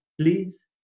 please